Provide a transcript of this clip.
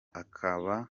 akaba